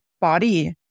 body